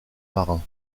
marin